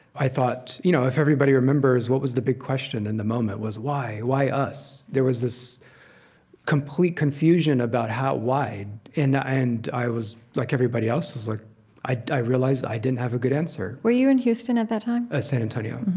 i thought you know, if everybody remembers what was the big question in the moment, it was why? why us? there was this complete confusion about how? why? ah and i was like everybody else, i was like i i realized i didn't have a good answer were you in houston at that time? ah san antonio.